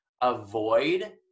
avoid